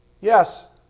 yes